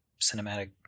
cinematic